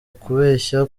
ukubeshya